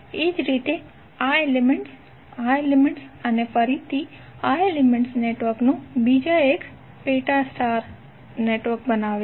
એ જ રીતે આ એલિમેન્ટ્ આ એલિમેન્ટ્ અને ફરીથી આ એલિમેન્ટ્ નેટવર્કનું બીજું પેટા સ્ટાર બનાવશે